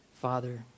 Father